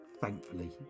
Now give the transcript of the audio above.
thankfully